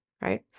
right